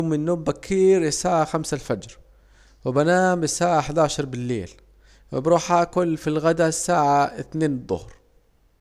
بجوم مالنوم بكير الساعة خمسة الفجر وبنام الساعة احداشر بالليل وبروح اكل في الغدا الساعة اتنين الضهر